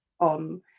on